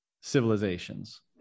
civilizations